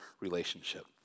relationship